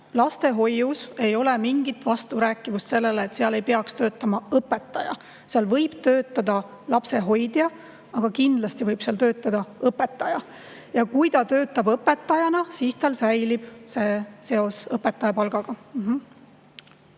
Lastehoius ei ole mingit vasturääkivust sellele, et seal ei peaks töötama õpetaja. Seal võib töötada lapsehoidja, aga kindlasti võib seal töötada õpetaja. Ja kui ta töötab õpetajana, siis tal säilib seos õpetaja palgaga.